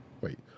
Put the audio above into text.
Wait